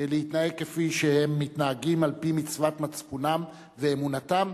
להתנהג כפי שהם מתנהגים על-פי מצוות מצפונם ואמונתם,